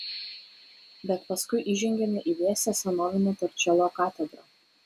bet paskui įžengiame į vėsią senovinę torčelo katedrą